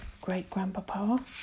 great-grandpapa